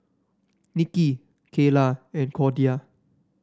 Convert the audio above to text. Nikki Cayla and Cordia